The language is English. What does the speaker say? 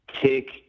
take